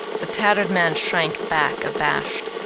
the tattered man shrank back abashed.